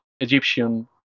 Egyptian